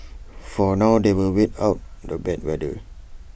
for now they will wait out the bad weather